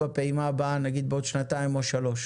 שלום.